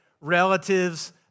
relatives